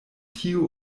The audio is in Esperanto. tiu